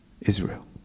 Israel